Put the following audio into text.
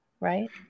right